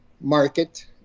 market